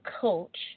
coach